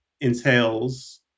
entails